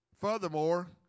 Furthermore